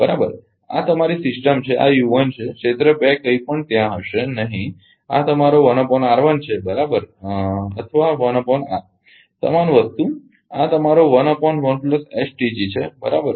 બરાબર આ તમારી સિસ્ટમ છે આ છે ક્ષેત્ર 2 કંઈપણ ત્યાં હશે નહીં આ તમારો છે બરાબર અથવા સમાન વસ્તુ આ તમારો છે બરાબર